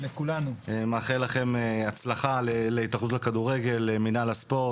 אני מאחל הצלחה להתאחדות לכדורגל, למינהל הספורט.